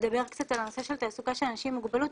לדבר קצת על הנושא של תעסוקה של אנשים עם מוגבלות,